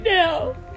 now